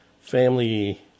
Family